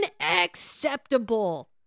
unacceptable